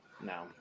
no